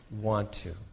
want-to